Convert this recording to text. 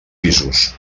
pisos